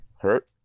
Hurt